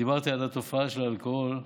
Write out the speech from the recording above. דיברתי על התופעה של האלכוהול,